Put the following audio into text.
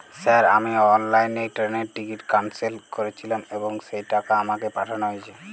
Sir আমি অনলাইনে ট্রেনের টিকিট ক্যানসেল করেছিলাম এবং সেই টাকা আমাকে পাঠানো হয়েছে?